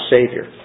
Savior